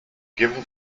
given